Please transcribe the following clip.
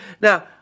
Now